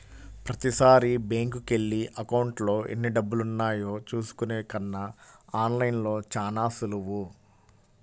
ప్రతీసారీ బ్యేంకుకెళ్ళి అకౌంట్లో ఎన్నిడబ్బులున్నాయో చూసుకునే కన్నా ఆన్ లైన్లో చానా సులువు